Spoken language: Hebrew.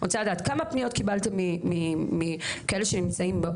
אני רוצה לדעת כמה פניות קיבלתם מכאלה שנמצאות